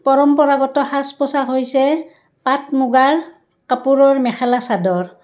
পৰম্পৰাগত সাজ পোছাক হৈছে পাট মুগাৰ কাপোৰৰ মেখেলা চাদৰ